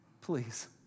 please